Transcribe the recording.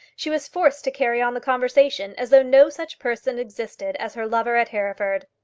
she was forced to carry on the conversation as though no such person existed as her lover at hereford.